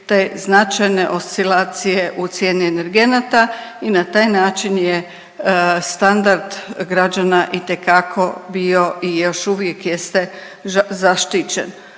te značajne oscilacije u cijeni energenata i na taj način je standard građana itekako bio i još uvijek jeste zaštićen.